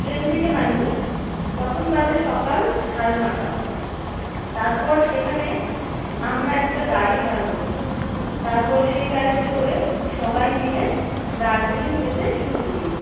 train থেকে নামি তখন বাজে সকাল সাড়ে নটা তারপর সেখানে আমরা একটা গাড়ি ভাড়া করি তারপর সেই গাড়িতে করে সবাই মিলে দার্জিলিং যেতে শুরু করি